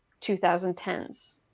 2010s